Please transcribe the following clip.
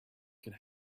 could